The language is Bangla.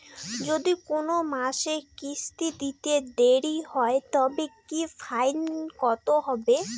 যদি কোন মাসে কিস্তি দিতে দেরি হয় তবে কি ফাইন কতহবে?